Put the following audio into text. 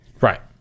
Right